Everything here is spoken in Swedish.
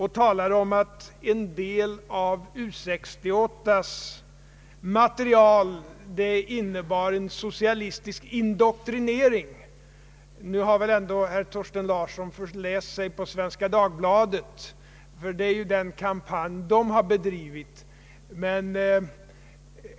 Han påstod att en del av U 68:s material innebar en socialistisk indoktrinering. Men herr Thorsten Larsson har tydligen förläst sig på Svenska Dagbladet, där en sådan kampanj har bedrivits.